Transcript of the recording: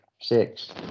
Six